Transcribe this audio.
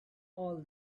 all